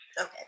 Okay